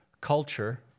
culture